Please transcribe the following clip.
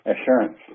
assurance